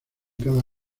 cada